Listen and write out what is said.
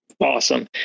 Awesome